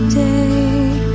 day